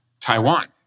Taiwan